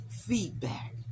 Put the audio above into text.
feedback